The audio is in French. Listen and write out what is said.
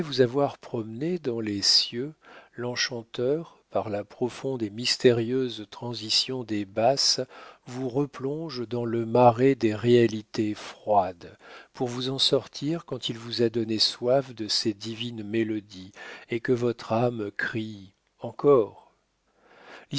vous avoir promené dans les cieux l'enchanteur par la profonde et mystérieuse transition des basses vous replonge dans le marais des réalités froides pour vous en sortir quand il vous a donné soif de ses divines mélodies et que votre âme crie encore